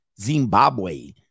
Zimbabwe